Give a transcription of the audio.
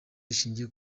rishingiye